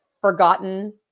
forgotten